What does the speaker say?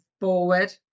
forward